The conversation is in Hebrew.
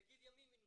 בגיל ימים היא נותחה.